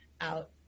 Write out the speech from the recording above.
out